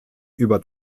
über